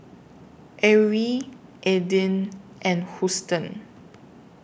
Arrie Aydin and Huston